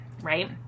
right